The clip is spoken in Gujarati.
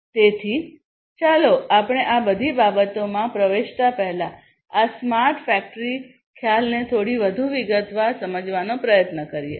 તેથી ચાલો આપણે આ બધી બાબતોમાં પ્રવેશતા પહેલા આ સ્માર્ટ ફેક્ટરી ખ્યાલને થોડી વધુ વિગતવાર સમજવાનો પ્રયત્ન કરીએ